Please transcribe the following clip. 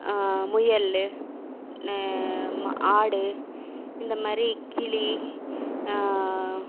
முயல் ந ம ஆடு இந்த மாதிரி கிளி